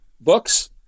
Books